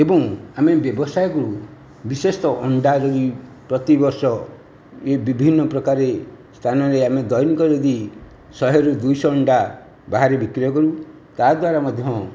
ଏବଂ ଆମେ ବ୍ୟବସାୟକୁ ବିଶେଷତଃ ଅଣ୍ଡା ଯେମିତି ପ୍ରତି ବର୍ଷ ବିଭିନ୍ନ ପ୍ରକାର ସ୍ଥାନରେ ଆମେ ଦୈନିକ ଯଦି ଶହେରୁ ଦୁଇଶହ ଅଣ୍ଡା ବାହାରେ ବିକ୍ରିୟ କରୁ ତା ଦ୍ୱାରା ମଧ୍ୟ